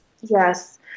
Yes